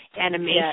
animation